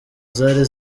zari